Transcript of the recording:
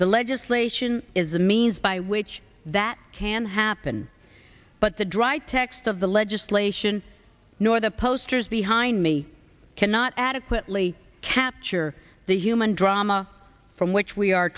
the legislation is the means by which that can happen but the dry text of the legislation nor the posters behind me cannot adequately capture the human drama from which we are